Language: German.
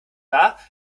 wahr